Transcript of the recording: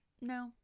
no